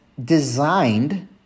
designed